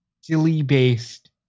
silly-based